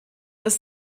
des